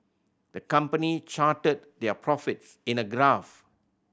the company charted their profits in a graph